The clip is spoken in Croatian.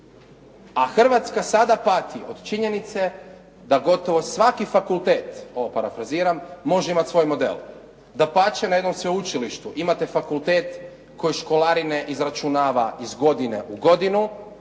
A Hrvatska sada pati od činjenice da gotovo svaki fakultet, ovo parafraziram, može imati svoj model. Dapače, na jednom sveučilištu imate fakultet koji školarine izračunava iz godine u godinu,